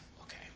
Okay